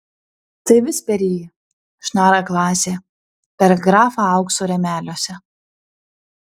tai vis per jį šnara klasė per grafą aukso rėmeliuose